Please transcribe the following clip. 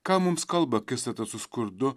ką mums kalba akistata su skurdu